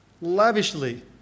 lavishly